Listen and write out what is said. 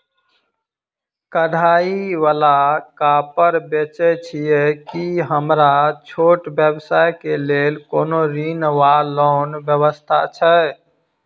कढ़ाई वला कापड़ बेचै छीयै की हमरा छोट व्यवसाय केँ लेल कोनो ऋण वा लोन व्यवस्था छै?